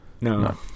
No